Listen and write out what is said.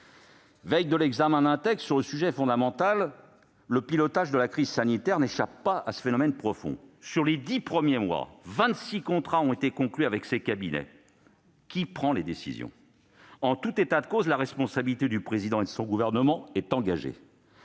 veille de l'examen d'un texte sur ce sujet fondamental, le pilotage de la crise sanitaire n'échappe pas à ce phénomène profond. Sur les dix premiers mois de la pandémie, vingt-six contrats ont été conclus avec ces cabinets. Qui prend les décisions ? En tout état de cause, les responsabilités du Président de la République et de son gouvernement sont engagées.